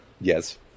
Yes